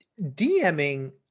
DMing